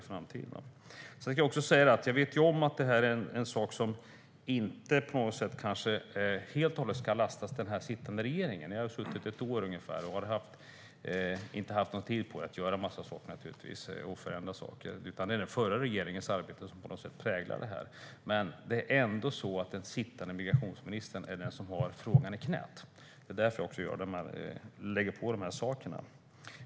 Jag vet också om att detta inte är något som man helt och hållet ska lasta den sittande regeringen för. Ni har ju suttit i ett år ungefär och har inte haft tid på er att förändra så mycket, utan det är den förra regeringens arbete som präglar detta. Men det är ändå den sittande migrationsministern som har frågan i knät. Det är också därför jag lägger på de här sakerna.